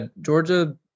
Georgia